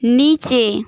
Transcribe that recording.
নিচে